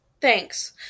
Thanks